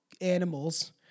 animals